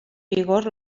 vigor